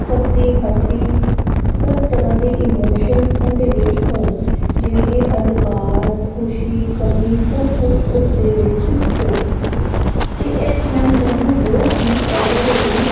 ਸਭ ਦੀ ਹੱਸੀ ਸਭ ਤਰ੍ਹਾਂ ਦੇ ਇਮੋਸ਼ਨਸ ਉਹਦੇ ਵਿੱਚ ਹੋਣ ਜਿਵੇਂ ਕਿ ਅੰਧਕਾਰ ਖੁਸ਼ੀ ਗਮੀ ਸਭ ਕੁਝ ਉਸ ਦੇ ਵਿੱਚ ਹੋਵੇ ਅਤੇ ਇਸ ਟਾਈਮ ਮੈਨੂੰ ਬਹੁਤ ਹੀ ਪਜਲ ਹੋਈ